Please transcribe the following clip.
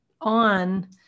on